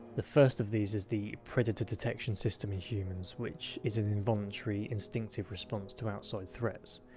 the first of these is the predator-detection system in humans, which is an involuntary, instinctive response to outside threats.